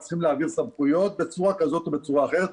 הם צריכים להעביר סמכויות בצורה כזאת או בצורה אחרת.